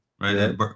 right